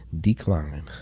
Decline